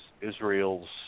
Israel's